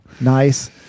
Nice